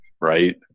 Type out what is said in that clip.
right